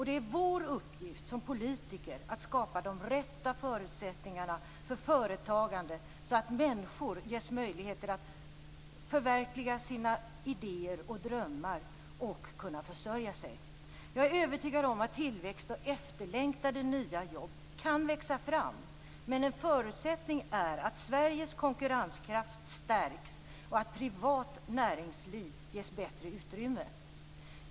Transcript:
Det är vår uppgift som politiker att skapa de rätta förutsättningarna för företagande så att människor ges möjligheter att förverkliga sina idéer och drömmar och kunna försörja sig. Jag är övertygad om att tillväxt och efterlängtade nya jobb kan växa fram, men en förutsättning är att Sveriges konkurrenskraft stärks och att privat näringsliv ges bättre utrymme.